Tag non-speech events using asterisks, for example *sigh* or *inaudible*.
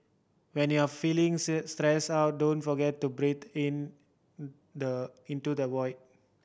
when you are feeling *unintelligible* stressed out don't forget to breathe in *unintelligible* the into the void